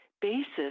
basis